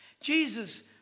Jesus